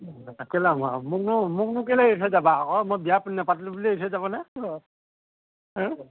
মোকনো মোকনো কেলে এৰি থৈ যাবা আকৌ মই বিয়া নাপাতিলো বুলি এৰি থৈ যাবানে